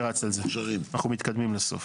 אנחנו מתקדמים לסוף.